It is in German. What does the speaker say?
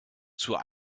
zur